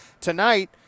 Tonight